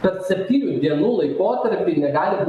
kad septynių dienų laikotarpyj negali būti